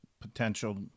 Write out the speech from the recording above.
potential